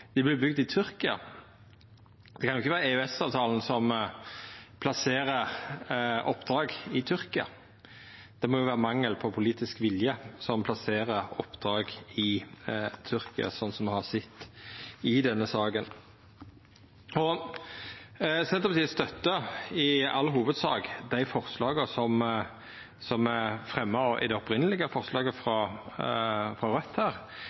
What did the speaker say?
i Tyrkia. Det kan ikkje vera EØS-avtalen som plasserer oppdrag i Tyrkia. Det må jo vera mangel på politisk vilje som plasserer oppdrag i Tyrkia, sånn som me har sett det i denne saka. Senterpartiet støttar i all hovudsak dei forslaga som er fremja i det opphavelege forslaget frå